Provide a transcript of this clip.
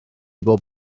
bob